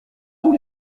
tous